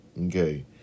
Okay